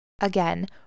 Again